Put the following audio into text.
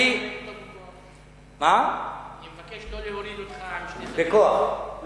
אני מבקש לא להוריד אותך בכוח עם שני סדרנים.